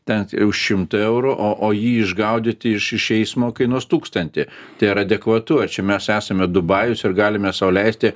ten jau šimtą eurų o o jį išgaudyti iš iš eismo kainuos tūkstantį tai yra adekvatu ar čia mes esame dubajus ir galime sau leisti